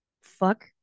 Fuck